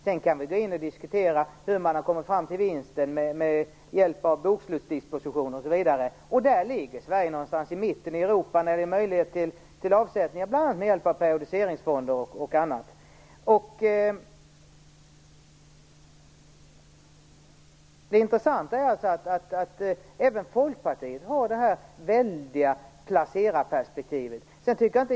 Sedan kan vi diskutera hur man har kommit fram till vinsten med hjälp av bokslutsdisposition osv. I det sammanhanget ligger Sverige någonstans i mitten i Europa när det gäller möjligheten till avsättning, bl.a. med hjälp av periodiseringsfonder. Det intressanta är att även Folkpartiet har det här placerarperspektivet.